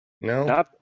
no